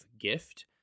gift